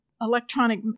Electronic